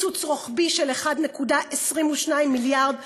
קיצוץ רוחבי של 1.22 מיליארד שקלים,